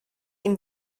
ihm